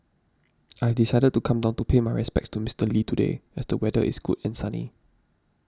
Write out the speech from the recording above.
I decided to come down to pay my respects to Mister Lee today as the weather is good and sunny